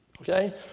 Okay